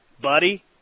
buddy